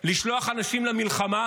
לשלוח אנשים למלחמה